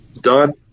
done